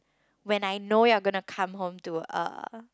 when I know you're gonna come home to a